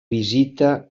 visita